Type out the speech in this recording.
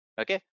okay